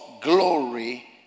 glory